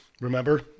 Remember